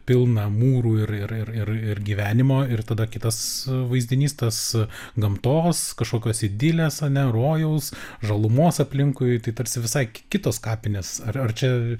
pilną mūrų ir ir ir ir gyvenimo ir tada kitas vaizdinys tas gamtos kažkokios idilės ar ne rojaus žalumos aplinkui tai tarsi visai kitos kapinės ar ar čia